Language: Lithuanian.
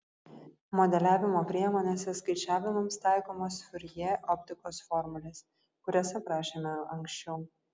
modeliavimo priemonėse skaičiavimams taikomos furjė optikos formulės kurias aprašėme anksčiau